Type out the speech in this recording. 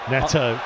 Neto